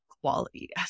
quality